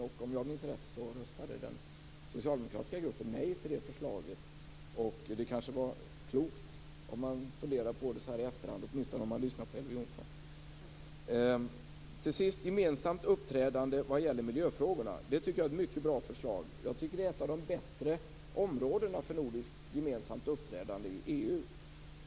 Om jag minns rätt röstade den socialdemokratiska gruppen nej till det förslaget. Det kanske var klokt om man funderar på det så här i efterhand, åtminstone om man lyssnar på Elver Jonsson. Till sist till frågan om gemensamt uppträdande vad gäller miljöfrågorna. Det tycker jag är ett mycket bra förslag. Det är ett av de bättre områdena för nordiskt gemensamt uppträdande i EU.